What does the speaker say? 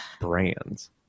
brands